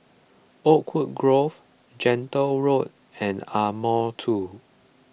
Oakwood Grove Gentle Road and Ardmore two